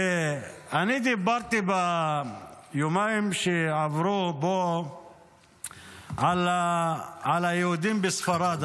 ואני דיברתי ביומיים שעברו פה על היהודים בספרד,